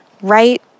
right